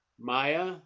Maya